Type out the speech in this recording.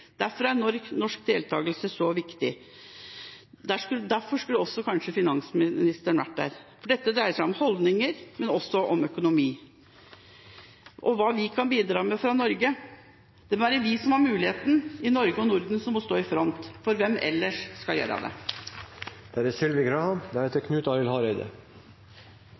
Derfor er norsk deltakelse så viktig, og derfor skulle kanskje også finansministeren vært der. For dette dreier seg om holdninger, men også om økonomi og hva vi kan bidra med fra Norge. Det må være vi som har muligheten, det er Norge og Norden som må stå i front. Hvem ellers skal gjøre det?